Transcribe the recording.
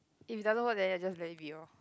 if it doesn't work then I just let it be orh